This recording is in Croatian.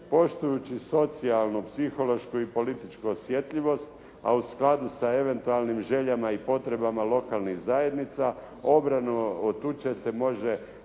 Poštujući socijalnu, psihološku i političku osjetljivost a u skladu sa eventualnim željama i potrebama lokalnih zajednica obranu od tuče se može